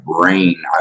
brain